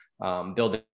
building